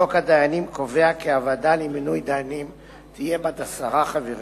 חוק הדיינים קובע כי הוועדה למינוי דיינים תהיה בת עשרה חברים.